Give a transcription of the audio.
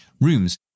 rooms